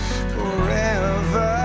forever